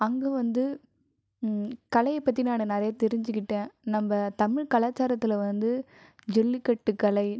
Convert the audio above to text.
அங்கே வந்து கலையை பற்றினான நிறையா தெரிஞ்சுகிட்ட நம்ப தமிழ் கலாச்சாரத்தில் வந்து ஜல்லிக்கட்டு கலை